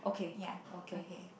ya okay